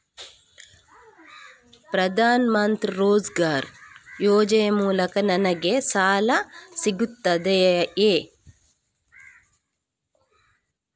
ಪ್ರದಾನ್ ಮಂತ್ರಿ ರೋಜ್ಗರ್ ಯೋಜನೆ ಮೂಲಕ ನನ್ಗೆ ಸಾಲ ಸಿಗುತ್ತದೆಯೇ?